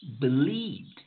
believed